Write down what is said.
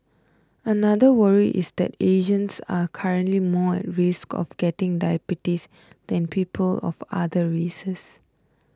another worry is that Asians are currently more at risk of getting diabetes than people of other races